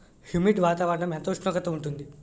Humid వాతావరణం ఎంత ఉష్ణోగ్రత ఉంటుంది?